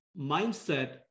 mindset